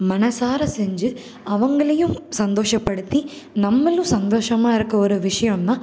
மனதார செஞ்சு அவங்களையும் சந்தோஷப்படுத்தி நம்மளும் சந்தோஷமாக இருக்கற ஒரு விஷயம் தான்